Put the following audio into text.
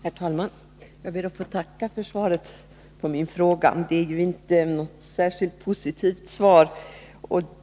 Herr talman! Jag ber att få tacka för svaret på min fråga. Det är inte ett särskilt positivt svar.